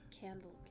Candle